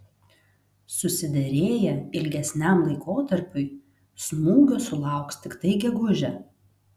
susiderėję ilgesniam laikotarpiui smūgio sulauks tiktai gegužę